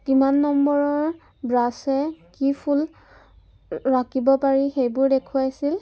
কিমান নম্বৰৰ ব্ৰাছে কি ফুল আঁকিব পাৰি সেইবোৰ দেখুৱাইছিল